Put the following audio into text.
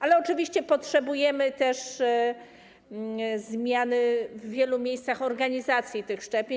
Ale oczywiście potrzebujemy też zmiany w wielu miejscach organizacji szczepień.